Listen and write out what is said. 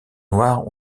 noirs